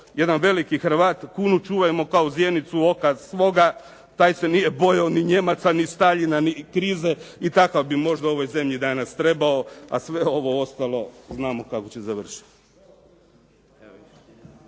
jedan veliki Hrvat, "kunu čuvajmo kao zjenicu oka svoga". Taj se nije bojao ni Nijemaca, ni Staljina, ni krize i takav bi možda ovoj zemlji danas trebao, a sve ovo ostalo znamo kako će završiti.